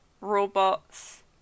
robots